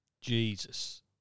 Jesus